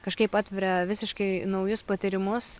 kažkaip atveria visiškai naujus patyrimus